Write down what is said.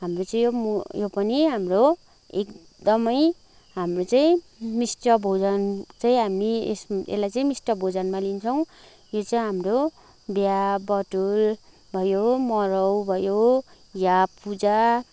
हाम्रो चाहिँ यो पनि हाम्रो एकदमै हाम्रो चाहिँ मिष्ट भोजन चाहिँ हामी यसलाई चाहिँ मिष्ट भोजनमा लिन्छौँ यो चाहिँ हाम्रो बिहा बटुल भयो मराउ भयो या पुजा